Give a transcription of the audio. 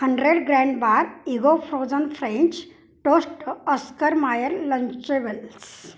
hundred grand bar Eggo frozen French toast oscar mayer Lunchables